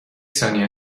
ثانیه